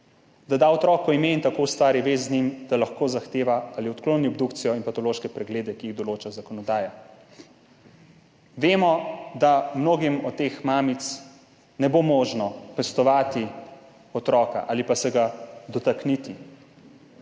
da da otroku ime in tako ustvari vez z njim, da lahko zahteva ali odkloni obdukcijo in patološke preglede, ki jih določa zakonodaja. Vemo, da za mnoge od teh mamic ne bo možno pestovati otroka ali pa se ga dotakniti,